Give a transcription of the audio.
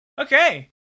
Okay